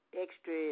extra